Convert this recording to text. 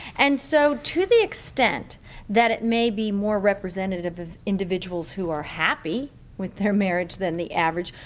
and so to the extent that it may be more representative of individuals who are happy with their marriage than the average,